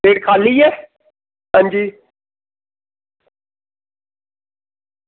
feed खाल्ली ऐ अंजी